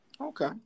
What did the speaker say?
Okay